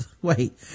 Wait